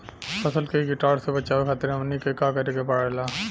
फसल के कीटाणु से बचावे खातिर हमनी के का करे के पड़ेला?